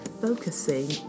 focusing